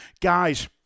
guys